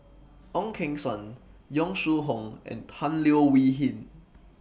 Ong Keng Sen Yong Shu Hoong and Tan Leo Wee Hin